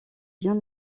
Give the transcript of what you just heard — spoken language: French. bien